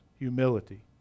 Humility